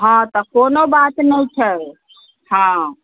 हॅं तऽ कोनो बात नहि छै हॅं